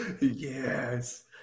Yes